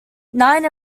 nine